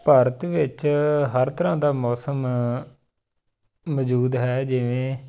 ਭਾਰਤ ਵਿੱਚ ਹਰ ਤਰ੍ਹਾਂ ਦਾ ਮੌਸਮ ਮੌਜੂਦ ਹੈ ਜਿਵੇਂ